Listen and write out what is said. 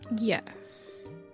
Yes